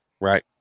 right